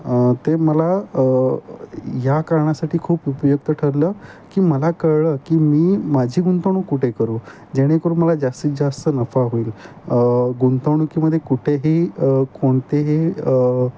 ते मला या कारणासाठी खूप उपयुक्त ठरलं की मला कळलं की मी माझी गुंतवणूक कुठे करू जेणेकरून मला जास्तीत जास्त नफा होईल गुंतवणूकीमध्ये कुठेही कोणतेही